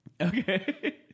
Okay